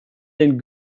den